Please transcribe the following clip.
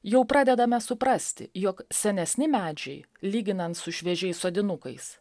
jau pradedame suprasti jog senesni medžiai lyginant su šviežiais sodinukais